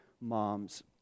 moms